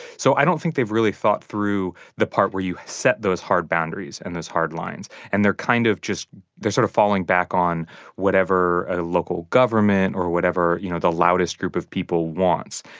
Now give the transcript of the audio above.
so i don't think they've really thought through the part where you set those hard boundaries and those hard lines. and they're kind of just they're sort of falling back on whatever local government or whatever, you know, the loudest group of people wants.